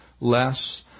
less